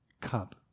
cup